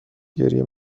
گریه